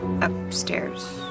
Upstairs